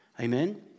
Amen